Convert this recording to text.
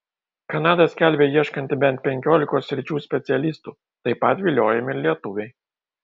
kanada skelbia ieškanti bent penkiolikos sričių specialistų taip pat viliojami ir lietuviai